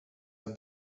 have